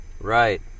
Right